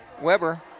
Weber